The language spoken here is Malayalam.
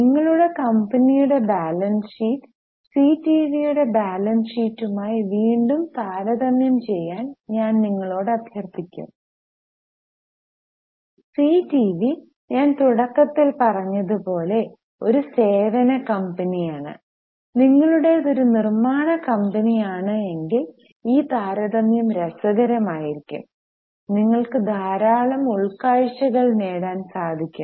നിങ്ങളുടെ കമ്പനിയുടെ ബാലൻസ് ഷീറ്റ് സീ ടി വിയുടെ ബാലൻസ് ഷീറ്റുമായി വീണ്ടും താരതമ്യം ചെയ്യാൻ ഞാൻ നിങ്ങളോട് അഭ്യർത്ഥിക്കും സീ ടിവി ഞാൻ തുടക്കത്തിൽ പറഞ്ഞതുപോലെ ഒരു സേവന കമ്പനിയാണ് നിങ്ങളുടേത് ഒരു നിർമ്മാണ കമ്പനിയാണ് എങ്കിൽ ഈ താരതമ്യം രസകരമായിരിക്കും നിങ്ങൾക്ക് ധാരാളം ഉൾക്കാഴ്ചകൾ നേടാൻ സാധിക്കും